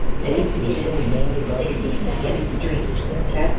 i think you are so mad about him that you don't know it yourself.